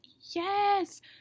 yes